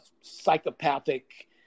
psychopathic